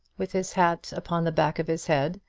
with his hat upon the back of his head,